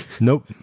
Nope